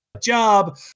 job